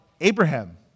Abraham